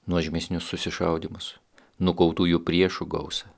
nuožmesnius susišaudymus nukautųjų priešų gausą